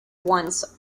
once